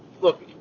look